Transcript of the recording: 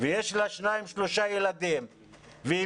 ויש לה שניים-שלושה ילדים והיא